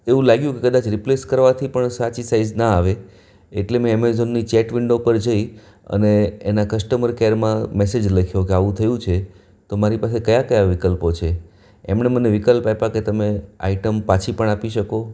એવું લાગ્યું કે કદાચ રિપ્લેસ કરવાથી પણ સાચી સાઇઝ ના આવે એટલે મેં એમઝોનની ચેટ વિન્ડો ઉપર જઈ અને એના કસ્ટમર કેરમાં મેસેજ લખ્યો કે આવું થયું છે તો મારી પાસે કયા કયા વિકલ્પો છે એમણે મને વિકલ્પ આપ્યા કે તમે આઈટમ પાછી પણ આપી શકો